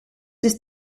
ist